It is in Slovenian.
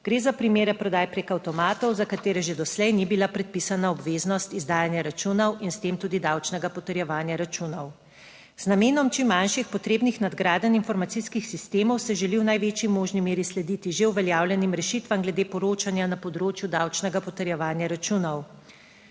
Gre za primere prodaj preko avtomatov, za katere že doslej ni bila predpisana obveznost izdajanja računov in s tem tudi davčnega potrjevanja računov. Z namenom čim manjših potrebnih nadgradenj informacijskih sistemov se želi v največji možni meri slediti že uveljavljenim rešitvam glede poročanja na področju davčnega potrjevanja računov.